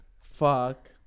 Fuck